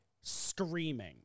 screaming